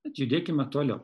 tad judėkime toliau